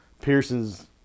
Pearsons